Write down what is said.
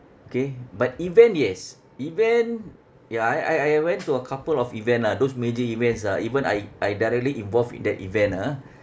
K but event yes event ya I I I I went to a couple of event lah those major events ah even I I directly involve in that event ah